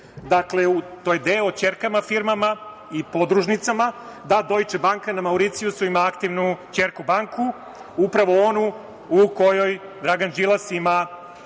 dakle to je deo u ćerkama firmama i podružnicama da „Dojče banka“ na Mauricijusu ima aktivnu ćerku banku, upravo onu u kojoj Dragan Đilas ima